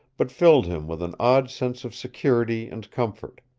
but filled him with an odd sense of security and comfort.